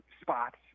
spots